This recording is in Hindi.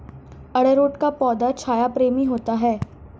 अरारोट का पौधा छाया प्रेमी होता है